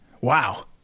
Wow